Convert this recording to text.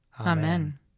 Amen